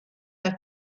alla